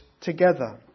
together